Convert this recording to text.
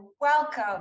welcome